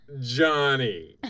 Johnny